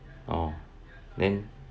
oh then